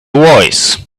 voice